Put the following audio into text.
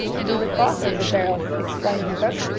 and threw the cloth over the barrel, explained the cook.